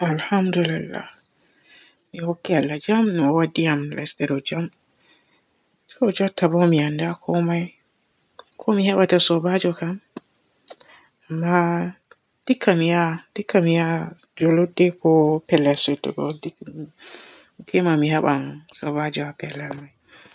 Alhamdulillhah mi hokki Allah jam, no o waddi am lesde ɗo jam. To jutta bo mi annda komoy, ko mi hebata soobaju kam? Tsm - Amma dikka mi ya-dikka mi ya juulurde ko pellel sewtugo dik-te ma mi heban soobaju haa pellel may.